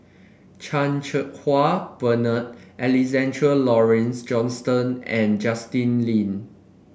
Chan Cheng Wah Bernard Alexander Laurie Johnston and Justin Lean